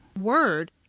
word